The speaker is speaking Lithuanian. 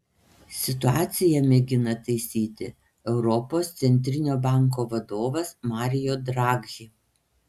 situaciją mėgina taisyti europos centrinio banko vadovas mario draghi